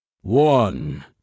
One